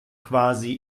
quasi